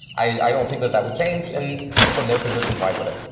i don't think that that would change. and from their position, why would it?